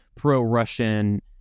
pro-Russian